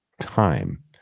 time